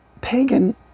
pagan